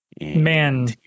Man